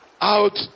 out